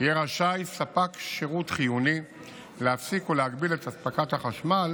יהיה רשאי ספק שירות חיוני להפסיק או להגביל את אספקת החשמל